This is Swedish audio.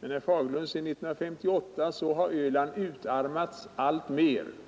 Sedan 1958 har Öland utarmats allt mer, herr Fagerlund.